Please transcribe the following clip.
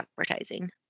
advertising